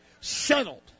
Settled